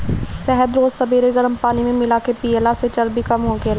शहद रोज सबेरे गरम पानी में मिला के पियला से चर्बी कम होखेला